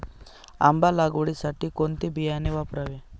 आंबा लागवडीसाठी कोणते बियाणे वापरावे?